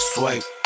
Swipe